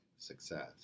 success